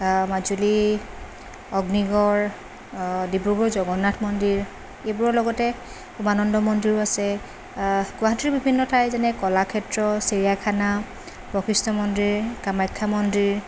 মাজুলী অগ্নিগড় ডিব্ৰুগড়ৰ জগন্নাথ মন্দিৰ এইবোৰৰ লগতে উমানন্দ মন্দিৰো আছে গুৱাহাটীৰ বিভিন্ন ঠাই যেনে কলাক্ষেত্ৰ চিৰিয়াখানা বশিষ্ঠ মন্দিৰ কামাখ্যা মন্দিৰ